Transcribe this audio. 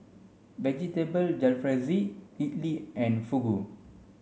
Vegetable Jalfrezi Idili and Fugu